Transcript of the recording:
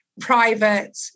private